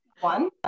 one